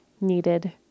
needed